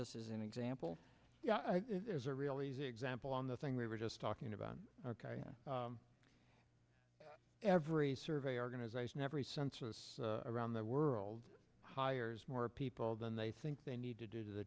us as an example yeah there's a real easy example on the thing we were just talking about every survey organization every census around the world hires more people than they think they need to do the